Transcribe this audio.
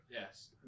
Yes